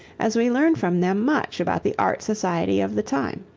as we learn from them much about the art society of the time.